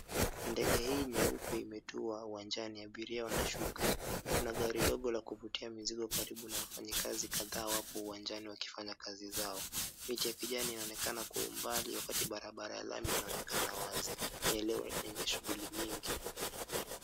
Ndege hii nyeupe imetua uwanjani. Abiria wanashuka. Kuna gari dogo la kuvutia mizigo karibu na wafanyikazi kadhaa wapo uwanjani wakifanya kazi zao. Miti ya kijani inaonekana kwa umbali wakati barabara ya lami inaonekana wazi. Eneo ni lenye shughuli nyingi.